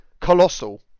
colossal